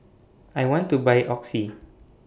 I want to Buy Oxy